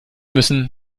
müssen